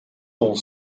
ont